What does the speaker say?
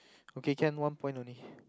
okay can one point only